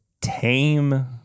tame